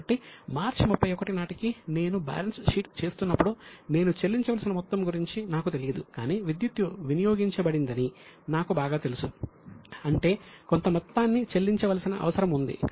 కాబట్టి మార్చి 31 నాటికి నేను బ్యాలెన్స్ షీట్ చేస్తున్నప్పుడు నేను చెల్లించవలసిన మొత్తం గురించి నాకు తెలియదు కాని విద్యుత్తు వినియోగించబడిందని నాకు బాగా తెలుసు అంటే కొంత మొత్తాన్ని చెల్లించవలసిన అవసరం ఉంది